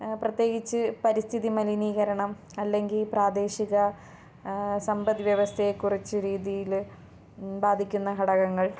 പ്രത്യേകിച്ച് പരിസ്ഥിതി മലിനീകരണം അല്ലെങ്കില് പ്രാദേശിക സമ്പദ് വ്യവസ്ഥയെ കുറച്ച് രീതിയില് ബാധിക്കുന്ന ഘടകങ്ങൾ